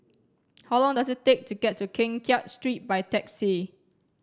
how long does it take to get to Keng Kiat Street by taxi